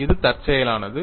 இது தற்செயலானது